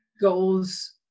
goals